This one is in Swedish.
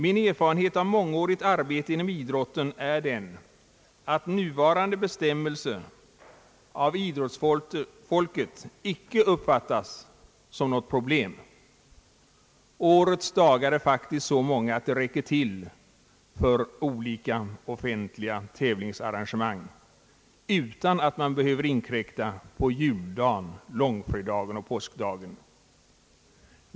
Min erfarenhet från mångårigt arbete inom idrotten är den att nuvarande bestämmelse icke av idrottsfolket uppfattas som något problem. Årets dagar är faktiskt så många att de räcker till för olika offentliga tävlingsevenemang utan att man behöver inkräkta på juldagen, långfredagen och påskdagen.